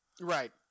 Right